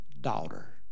daughter